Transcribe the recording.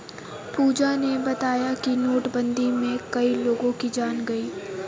पूजा ने बताया कि नोटबंदी में कई लोगों की जान गई